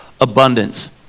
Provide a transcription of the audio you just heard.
abundance